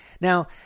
Now